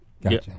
Gotcha